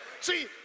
See